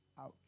Ouch